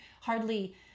hardly